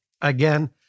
again